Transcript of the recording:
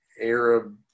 Arab